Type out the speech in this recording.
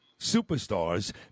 superstars